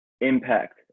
impact